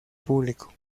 público